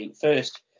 first